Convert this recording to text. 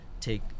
take